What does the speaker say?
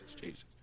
Jesus